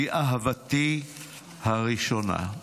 היא אהבתי הראשונה.